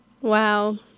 Wow